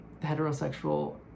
heterosexual